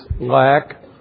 lack